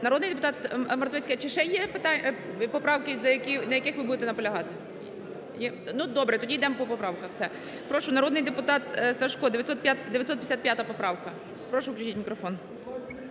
Народний депутат Мартовицький, чи ще є поправки, на яких ви будете наполягати? Ні. Ну добре, тоді йдемо по поправках. Все. Прошу, народний депутат Сажко, 955 поправка. Прошу включіть мікрофон.